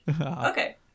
okay